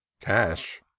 cash